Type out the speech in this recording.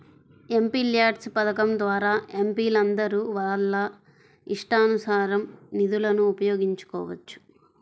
MPLADS పథకం ద్వారా ఎంపీలందరూ వాళ్ళ ఇష్టానుసారం నిధులను ఉపయోగించుకోవచ్చు